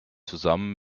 zusammen